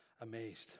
amazed